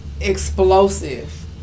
explosive